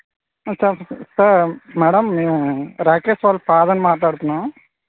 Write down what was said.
ఆ sir sir madam నేను రాకేష్ వాళ్ళ ఫాదర్ ని మాట్లాడుతున్నాను